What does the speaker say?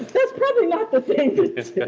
that's probably not the thing to yeah